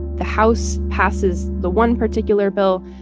the house passes the one particular bill.